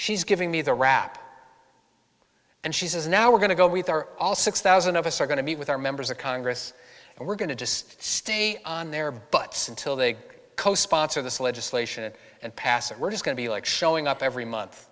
she's giving me the rap and she says now we're going to go we are all six thousand of us are going to meet with our members of congress and we're going to just stay on their butts until they co sponsor this legislation and pass it we're just going to be like showing up every month